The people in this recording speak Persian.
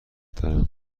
دارم